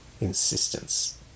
insistence